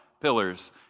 pillars